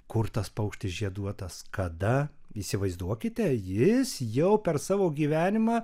kur tas paukštis žieduotas kada įsivaizduokite jis jau per savo gyvenimą